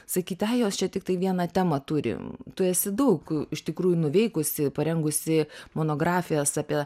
sakyt ai jos čia tiktai vieną temą turi tu esi daug iš tikrųjų nuveikusi parengusi monografijas apie